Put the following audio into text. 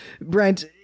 Brent